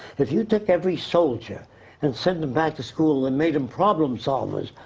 if you took every soldier and send him back to school, and made them problem solvers,